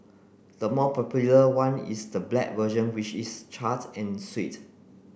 the more popular one is the black version which is charred and sweet